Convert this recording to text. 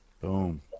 boom